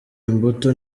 imbuto